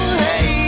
hey